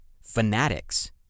fanatics